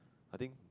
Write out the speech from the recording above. I think